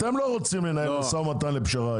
אתם לא רוצים לנהל משא ומתן לפשרה.